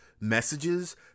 messages